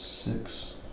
Six